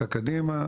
את הקדימה.